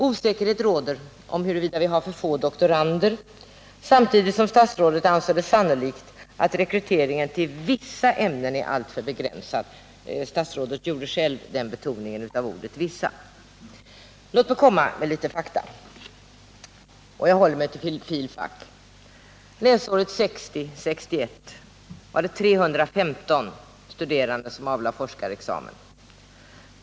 Osäkerhet råder om huruvida vi har för få doktorander samtidigt som statsrådet anser det sannolikt att rekryteringen till vissa ämnen är alltför begränsad. Statsrådet betonade själv ordet vissa. Låt mig komma med några fakta. Jag håller mig till den filosofiska fakulteten. Läsåret 1960/61 var det 315 studerande som avlade forskarexamen.